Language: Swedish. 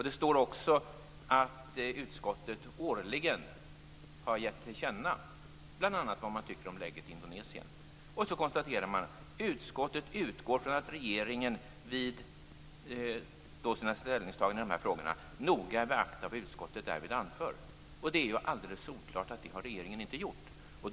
Det står också att utskottet årligen har gett till känna bl.a. vad man tycker om läget i Indonesien. Det konstateras också: "Utskottet utgår från att regeringen vid sina ställningstaganden" i dessa frågor "noga beaktar vad utskottet därvid anför". Det är alldeles solklart att regeringen inte har gjort det.